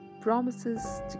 promises